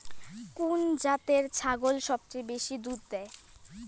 কুন জাতের ছাগল সবচেয়ে বেশি দুধ দেয়?